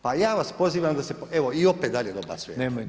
Pa ja vas pozivam da se, …… [[Upadica se ne čuje.]] evo i opet dalje dobacujete.